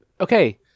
Okay